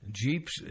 jeeps